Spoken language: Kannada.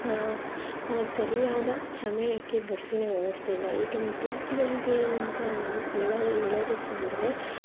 ಸರಿಯಾದ ಸಮಯಕ್ಕೆ ಬಸ್ಸಿನ ವ್ಯವಸ್ಥೆ ಇಲ್ಲ ಏಕೆಂದು ವಿದ್ಯಾರ್ಥಿಗಳಿಗೆ ಅಂತ ನಾನು ಹೇಳದ ಹೇಳೋದಿಕ್ ಬಂದರೆ